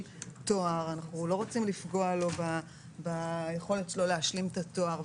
תואר ואנחנו לא רוצים לפגוע לו ביכולת שלו להשלים את התואר.